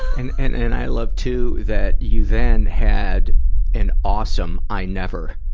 and, and, and i love, too, that you then had an awesome i never,